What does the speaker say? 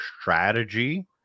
strategy